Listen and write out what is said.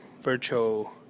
virtual